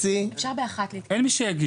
ובשעה 13:30. אפשר ב-13:00 להתכנס.